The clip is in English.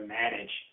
manage